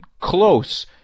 close